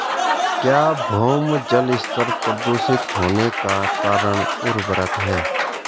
क्या भौम जल स्तर प्रदूषित होने का कारण उर्वरक है?